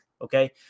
Okay